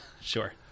Sure